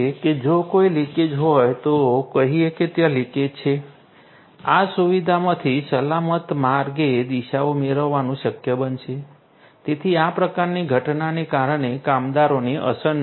જો કોઈ લીકેજ હોય તો કહીએ કે ત્યાં લીકેજ છે આ સુવિધામાંથી સલામત માર્ગે દિશાઓ મેળવવાનું શક્ય બનશે જેથી આ પ્રકારની ઘટનાને કારણે કામદારને અસર ન થાય